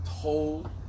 told